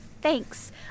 Thanks